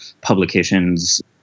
publications